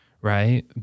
Right